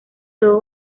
todo